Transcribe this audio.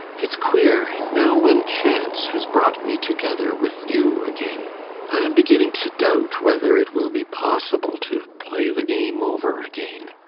it's queer now when chance has brought me together with you again i am beginning to doubt whether it will be possible to play the game over again.